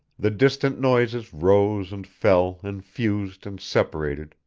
the distinct noises rose and fell and fused and separated,